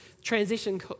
transition